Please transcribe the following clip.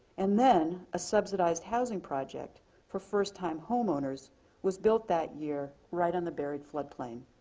and then a subsidized housing project for first time homeowners was built that year right on the buried flood plain.